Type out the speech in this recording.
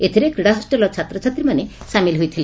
ଏଥିରେ କ୍ରୀଡ଼ା ହଷେଲ୍ର ଛାତ୍ରଛାତ୍ରୀମାନେ ସାମିଲ୍ ହୋଇଥିଲେ